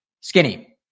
Skinny